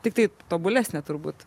tiktai tobulesnė turbūt